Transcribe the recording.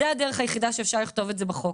זאת הדרך היחידה שאפשר לכתוב את זה בחוק.